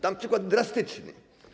Dam przykład drastyczny.